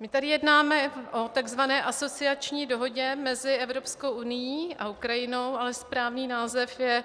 My tady jednáme o tzv. asociační dohodě mezi Evropskou unií a Ukrajinou, ale správný název je